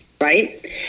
Right